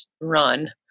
run